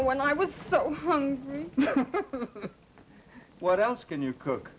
when i was so what else can you cook